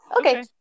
Okay